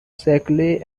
shakily